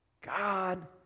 God